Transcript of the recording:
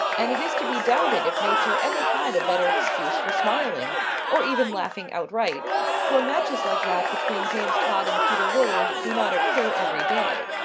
and it is to be doubted if nature ever had a better excuse for smiling or even laughing outright for matches like that between james todd and peter willard do not occur every day.